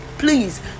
Please